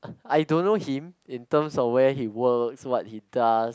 I don't know him in terms of where he work what he does